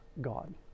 God